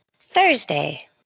Thursday